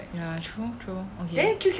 ya true true okay